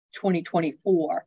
2024